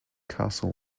castle